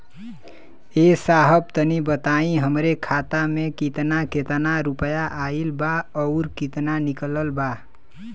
ए साहब तनि बताई हमरे खाता मे कितना केतना रुपया आईल बा अउर कितना निकलल बा?